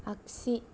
आगसि